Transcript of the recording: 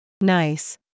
Nice